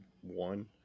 one